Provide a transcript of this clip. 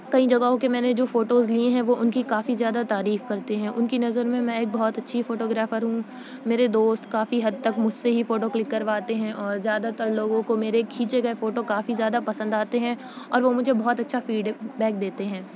کئی جگہوں کے میں نے جو فوٹوز لیے ہیں وہ ان کی کافی زیادہ تعریف کرتے ہیں ان کی نظر میں ایک بہت اچھی فوٹوگرافر ہوں میرے دوست کافی حد تک مجھ سے ہی فوٹو کلک کرواتے ہیں اور جادہ تر لوگوں کو میرے کھینچے گئے فوٹو کافی زیادہ پسند آتے ہیں اور وہ مجھے بہت اچھا فیڈ بیک دیتے ہیں